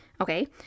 Okay